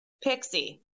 Pixie